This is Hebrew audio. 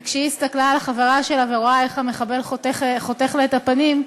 וכשהיא הסתכלה על החברה שלה וראתה איך המחבל חותך לה את הפנים,